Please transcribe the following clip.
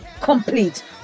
complete